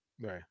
Right